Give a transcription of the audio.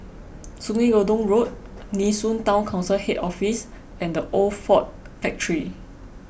Sungei Gedong Road Nee Soon Town Council Head Office and the Old Ford Factor